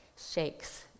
shakes